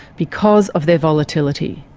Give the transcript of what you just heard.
because of their volatility.